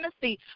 tennessee